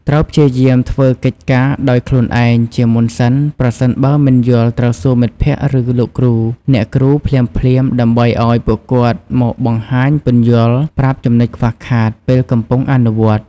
ត្រូវព្យាយាមធ្វើកិច្ចការដោយខ្លួនឯងជាមុនសិន ប្រសិនបើមិនយល់ត្រូវសួរមិត្តភក្តិ ឬលោកគ្រូ អ្នកគ្រូភ្លាមៗដើម្បីឱ្យពួកគាត់មកបង្ហាញ ពន្យល់ប្រាប់ចំណុចខ្វះខាតពេលកំពុងអនុវត្តន៍។